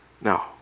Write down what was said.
No